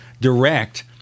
direct